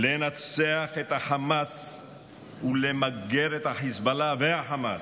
לנצח את החמאס ולמגר את החיזבאללה והחמאס,